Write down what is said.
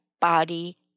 body